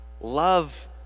Love